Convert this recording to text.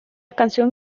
canción